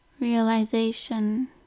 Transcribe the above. realization